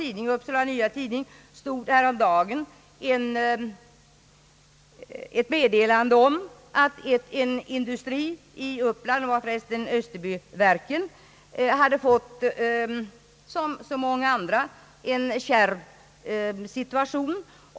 I Uppsala Nya Tidning stod häromdagen ett meddelande om att en industri i Uppland — det var förresten Österbyverken — hade kommit, som så många andra, i en kärv situation.